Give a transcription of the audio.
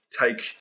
take